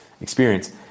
experience